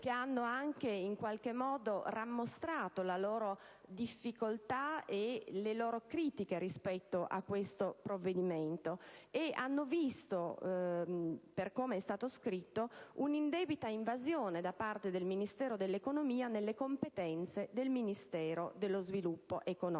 che hanno anche rammostrato la loro difficoltà e le loro critiche rispetto a questo provvedimento. Queste hanno visto nel provvedimento, per come è stato scritto, un'indebita invasione da parte del Ministero dell'economia nelle competenze del Ministero dello sviluppo economico,